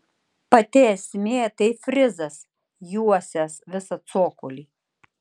pati esmė tai frizas juosęs visą cokolį